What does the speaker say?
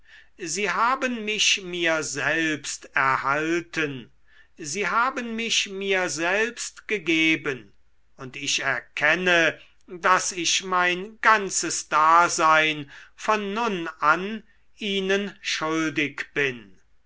sie haben mich mir selbst erhalten sie haben mich mir selbst gegeben und ich erkenne daß ich mein ganzes dasein von nun an ihnen schuldig bin